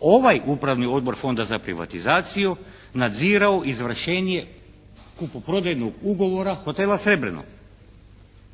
ovaj Upravni odbor Fonda za privatizaciju nadzirao izvršenje kupoprodajnog ugovora hotela "Srebreno"?